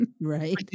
Right